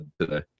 today